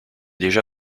déjà